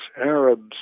Arabs